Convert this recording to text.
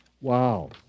Wow